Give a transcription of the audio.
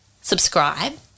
subscribe